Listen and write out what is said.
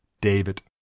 David